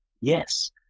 yes